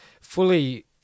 fully